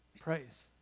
praise